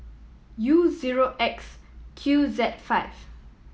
U zero X Q Z five